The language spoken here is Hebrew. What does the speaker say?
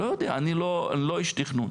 לא יודע, אני לא איש תכנון.